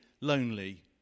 lonely